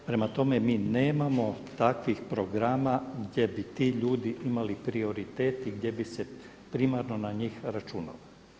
Prema tome, mi nemamo takvih programa gdje bi ti ljudi imali prioritet i gdje bi se primarno na njih računalo.